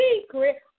secret